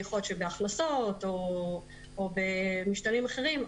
--- יכול להיות שבהכנסות או במשתנים אחרים,